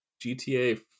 GTA